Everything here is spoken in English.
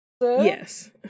Yes